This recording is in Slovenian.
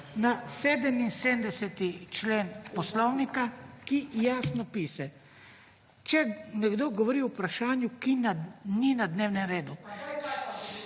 na 77. člen Poslovnika, ki jasno piše, če nekdo govori o vprašanju, ki ni na dnevnem redu…